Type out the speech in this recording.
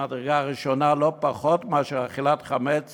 חשוב ממדרגה ראשונה, לא פחות מאכילת חמץ